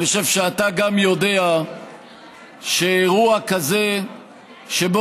אני חושב שגם אתה יודע שאירוע כזה שבו